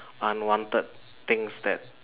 unwanted things that